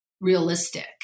realistic